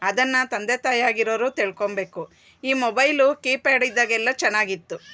ಅದನ್ನು ತಂದೆ ತಾಯಿ ಆಗಿರೋರು ತಿಳ್ಕೊಳ್ಬೇಕು ಈ ಮೊಬೈಲು ಕೀಪ್ಯಾಡ್ ಇದ್ದಾಗೆಲ್ಲ ಚೆನ್ನಾಗಿ ಇತ್ತು